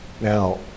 now